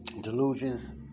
Delusions